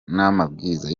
n’amabwiriza